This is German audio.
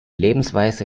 lebensweise